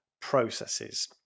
processes